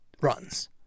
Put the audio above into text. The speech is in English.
runs